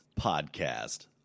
podcast